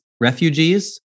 refugees